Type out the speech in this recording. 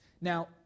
Now